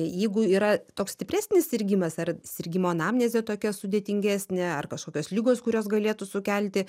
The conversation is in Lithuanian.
jeigu yra toks stipresnis sirgimas ar sirgimo anamnezė tokia sudėtingesnė ar kažkokios ligos kurios galėtų sukelti